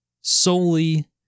solely